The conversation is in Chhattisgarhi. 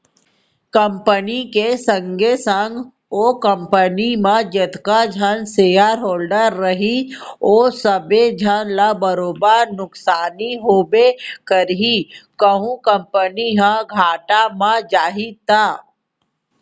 कंपनी के संगे संग ओ कंपनी म जतका झन सेयर होल्डर रइही ओ सबे झन ल बरोबर नुकसानी होबे करही कहूं कंपनी ह घाटा म जाही त